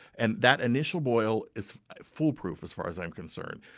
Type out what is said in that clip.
and that initial boil is foolproof as far as i'm concerned.